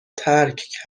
ترک